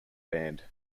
band